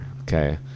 okay